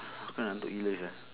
aku ngantuk gila sia